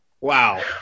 Wow